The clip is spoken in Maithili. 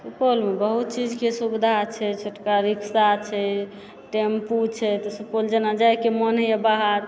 सुपौलमे बहुत चीजके सुविधा छै छोटका रिक्शा छै टेम्पू छै तऽ सुपौल जेना जाइके मोन होइए बाहर